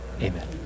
Amen